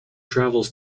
travels